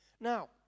Now